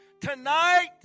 tonight